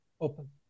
open